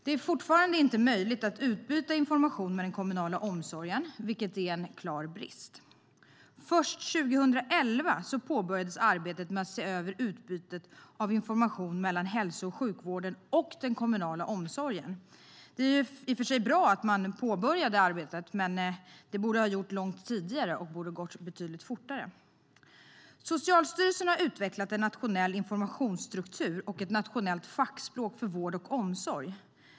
Det är fortfarande inte möjligt att utbyta information med den kommunala omsorgen, vilket är en klar brist. Först 2011 påbörjades arbetet med att se över utbytet av information mellan hälso och sjukvården och den kommunala omsorgen. Det är i och för sig bra att man påbörjade arbetet, men det borde ha gjorts långt tidigare och borde ha gått betydligt fortare. Socialstyrelsen har utvecklat en nationell informationsstruktur och ett nationellt fackspråk för vård och omsorg.